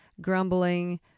grumbling